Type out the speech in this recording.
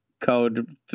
code